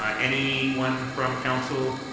um anyone from council.